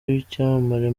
w’icyamamare